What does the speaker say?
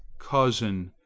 cousin,